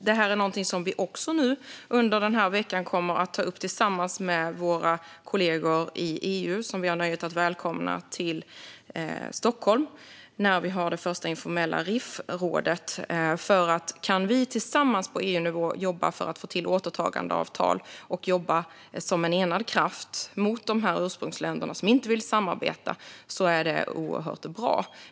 Det är också något som vi under den här veckan kommer att ta upp med våra kollegor i EU som vi har nöjet att välkomna till Stockholm för det första informella RIF-rådet här. Om vi tillsammans på EU-nivå kan jobba för att få till återtagandeavtal och jobba som en enad kraft mot ursprungsländer som inte vill samarbeta är det oerhört bra.